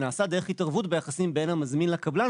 זה נעשה באיזה שהיא התערבות בין המזמין לקבלן,